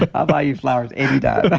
ah i'll buy you flowers and